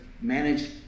manage